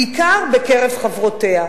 בעיקר בקרב חברותיה.